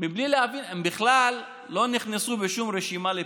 בלי להבין, הם בכלל לא נכנסו לשום רשימה לפיצוי,